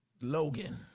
Logan